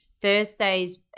thursday's